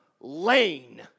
lane